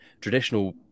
traditional